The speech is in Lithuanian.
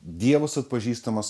dievas atpažįstamas